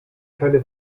keine